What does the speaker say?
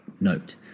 note